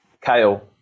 kale